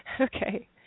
Okay